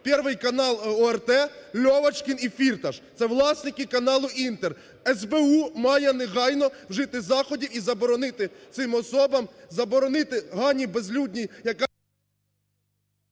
Первый канал ОРТ, Льовочкін і Фірташ, це власники каналу "Інтер". СБУ має негайно вжити заходів і заборонити цим особам, заборонити Ганні Безлюдній, яка…